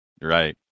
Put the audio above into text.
Right